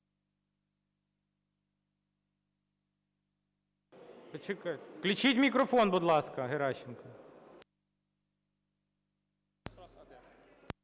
Включіть мікрофон, будь ласка, Геращенку.